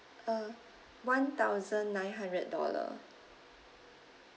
uh one thousand nine hundred dollars